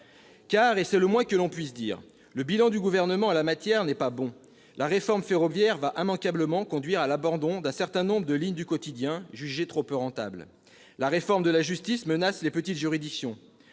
effet, et c'est le moins que l'on puisse dire, le bilan du Gouvernement en la matière n'est pas bon. La réforme ferroviaire va immanquablement conduire à l'abandon d'un certain nombre de lignes du quotidien jugées trop peu rentables. La réforme de la justice menace les petites juridictions.